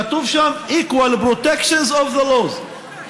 כתוב שם: equal protection of the laws.